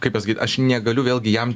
kaip pasakyt aš negaliu vėlgi jam